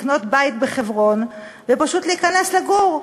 לקנות בית בחברון ופשוט להיכנס לגור,